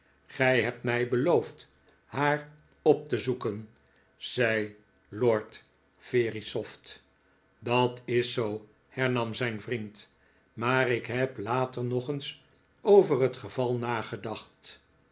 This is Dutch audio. gij hebt mij beloofd naar op te zoeken zei lord verisopht dat is zoo hernam zijn vriend maar ik heb later nog eens over het geval nagedacht